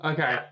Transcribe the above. Okay